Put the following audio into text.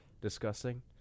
discussing